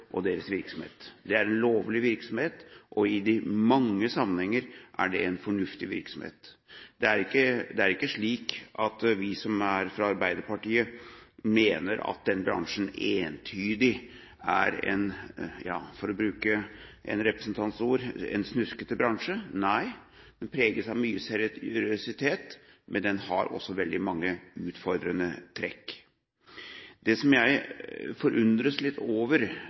deres virksomhet. Det er en lovlig virksomhet, og i mange sammenhenger er det en fornuftig virksomhet. Det er ikke slik at vi som er fra Arbeiderpartiet, mener at den bransjen entydig er – for å bruke en representants ord – en snuskete bransje. Nei, den preges av mye seriøsitet, men den har også veldig mange utfordrende trekk. Det jeg forundres litt over